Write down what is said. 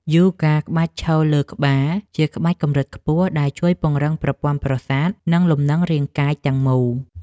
យូហ្គាក្បាច់ឈរលើក្បាល ជាក្បាច់កម្រិតខ្ពស់ដែលជួយពង្រឹងប្រព័ន្ធប្រសាទ និងលំនឹងរាងកាយទាំងមូល។